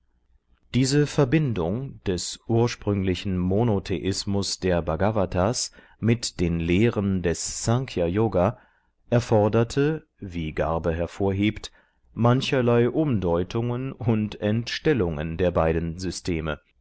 diese verbindung des ursprünglichen monotheismus der bhgavatas mit den lehren des snkhya yoga erforderte wie garbe hervorhebt mancherlei umdeutungen und entstellungen der beiden systeme